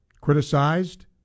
criticized